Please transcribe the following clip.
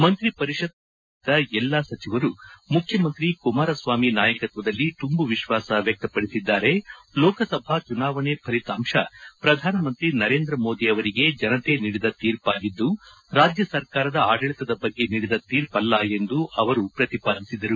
ಮಂತ್ರಿ ಪರಿಷತ್ ಸಭೆಯಲ್ಲಿ ಉಪಶ್ಠಿತರಿದ್ದ ಎಲ್ಲಾ ಸಚಿವರೂ ಮುಖ್ಯಮಂತ್ರಿ ಕುಮಾರಸ್ವಾಮಿ ನಾಯಕತ್ವದಲ್ಲಿ ತುಂಬು ವಿಶ್ವಾಸ ವ್ಯಕ್ತಪಡಿಸಿದ್ದಾರೆ ಲೋಕಸಭಾ ಚುನಾವಣೆ ಫಲಿತಾಂಶ ಪ್ರಧಾನಿ ನರೇಂದ್ರ ಮೋದಿ ಅವರಿಗೆ ಜನತೆ ನೀಡಿದ ತೀರ್ಪಾಗಿದ್ದು ರಾಜ್ಯ ಸರ್ಕಾರದ ಆಡಳಿತದ ಬಗ್ಗೆ ನೀಡಿದ ತೀರ್ಪಲ್ಲ ಎಂದು ಅವರು ಪ್ರತಿಪಾದಿಸಿದರು